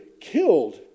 killed